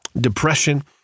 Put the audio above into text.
Depression